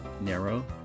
narrow